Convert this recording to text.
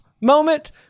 moment